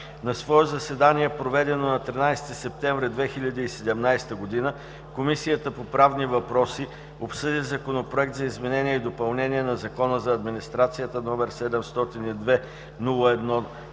На свое заседание, проведено на 13 септември 2017 г., Комисията по правни въпроси обсъди Законопроект за изменение и допълнение на Закона за администрацията, № 702-01-15,